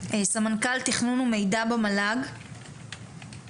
סמנכ"ל תכנון ומידע במל"ג,